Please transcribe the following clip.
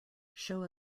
show